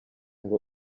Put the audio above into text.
ngo